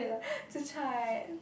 zi-char right